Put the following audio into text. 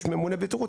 יש ממונה בטיחות,